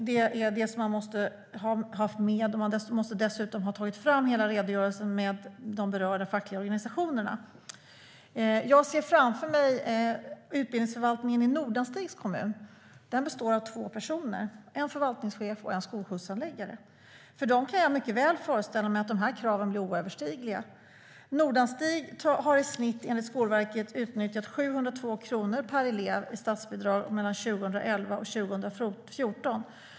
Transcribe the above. Det är det man måste ha med, och man måste dessutom ha tagit fram hela redogörelsen med de berörda fackliga organisationerna. Jag ser utbildningsförvaltningen i Nordanstigs kommun framför mig. Den består av två personer - en förvaltningschef och en skolskjutshandläggare. För dem kan jag mycket väl föreställa mig att dessa krav blir oöverstigliga. Nordanstig har enligt Skolverket utnyttjat i snitt 702 kronor per elev i statsbidrag mellan 2011 och 2014.